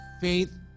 faith